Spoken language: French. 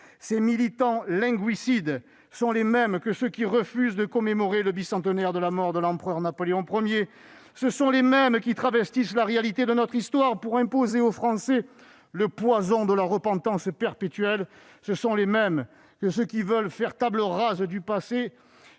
Ces militants « linguicides » sont les mêmes qui refusent de commémorer le bicentenaire de la mort de l'empereur Napoléon I, les mêmes qui travestissent la réalité de notre histoire pour imposer aux Français le poison de la repentance perpétuelle, les mêmes qui veulent faire table rase du passé,